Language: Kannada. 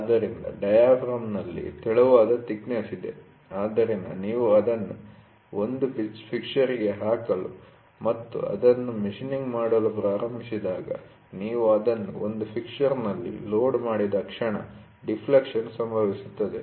ಆದ್ದರಿಂದ ಡಯಾಫ್ರಾಮ್ನಲ್ಲಿ ತೆಳುವಾದ ತಿಕ್ನೆಸ್ ಇದೆ ಆದ್ದರಿಂದ ನೀವು ಅದನ್ನು ಒಂದು ಫಿಕ್ಷರ್'ಗೆ ಹಾಕಲು ಮತ್ತು ಅದನ್ನು ಮಷೀನ್ನಿಂಗ್ ಮಾಡಲು ಪ್ರಾರಂಭಿಸಿದಾಗ ನೀವು ಅದನ್ನು ಒಂದು ಫಿಕ್ಷರ್'ನಲ್ಲಿ ಲೋಡ್ ಮಾಡಿದ ಕ್ಷಣ ಡಿಪ್ಲಕ್ಷನ್ ಸಂಭವಿಸುತ್ತದೆ